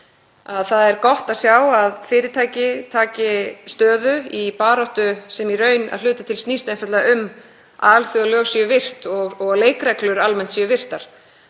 það er gott að sjá að fyrirtæki taki stöðu í baráttu sem snýst í raun að hluta til einfaldlega um að alþjóðalög séu virt og leikreglur almennt séu virtar,